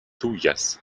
tuyas